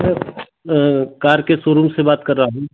sir car के showroom से बात कर रहा हूँ